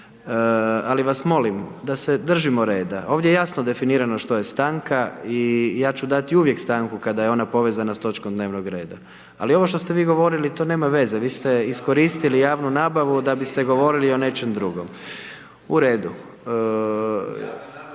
ali vas molim, da se držimo reda. Ovdje je jasno definirano što je stanka i ja ću dati uvijek stanku kada je ona povezana s točkom dnevnog reda, ali ovo što ste vi govorili, to nema veze, vi ste iskoristili javnu nabavu, da biste govorili o nečem drugom.